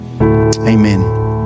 Amen